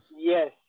Yes